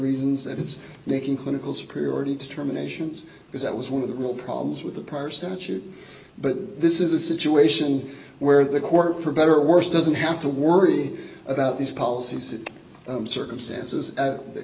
reasons that it's making clinical superiority determinations because that was one of the real problems with the prior statute but this is a situation where the court for better or worse doesn't have to worry about these policies circumstances